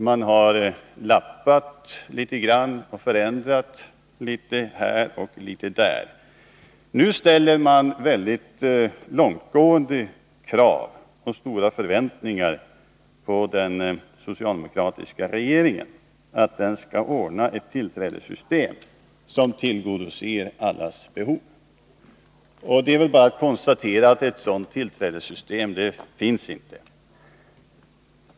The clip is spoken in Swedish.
Man har lappat litet grand och förändrat litet här och litet där. Nu ställer man väldigt långtgående krav och har stora förväntningar på den socialdemokratiska regeringen, att den skall ordna ett tillträdessystem som tillgodoser allas behov. Det är väl bara att konstatera att ett sådant tillträdessystem finns inte.